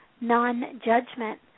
non-judgment